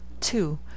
two